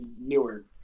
newer